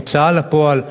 הוצאה לפועל,